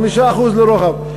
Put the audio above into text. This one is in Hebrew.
5% לרוחב,